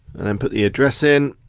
and then put the address in.